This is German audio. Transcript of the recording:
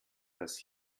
dass